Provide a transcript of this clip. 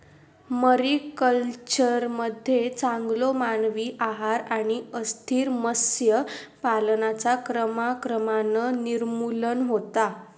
मरीकल्चरमध्ये चांगलो मानवी आहार आणि अस्थिर मत्स्य पालनाचा क्रमाक्रमान निर्मूलन होता